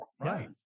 Right